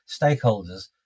stakeholders